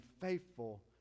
faithful